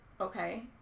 okay